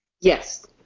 Yes